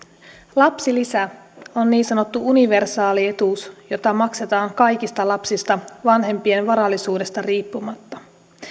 lapsilisä on niin sanottu universaali etuus jota maksetaan kaikista lapsista vanhempien varallisuudesta riippumatta